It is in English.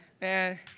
Man